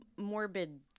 Morbid